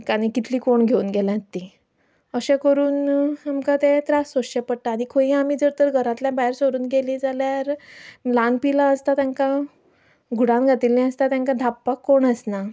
आनी कितलीं कोण घेवन गेल्यांत तीं अशें करून आमकां ते त्रास सोंसचे पडटात आनी खंयी आमी जर तर घरांतल्यान भायर सरून गेलीं जाल्यार ल्हान पिलां आसता तांकां घुडान घातिल्लीं आसता तांकां धांपपाक कोण आसना